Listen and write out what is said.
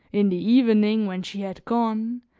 in the evening when she had gone,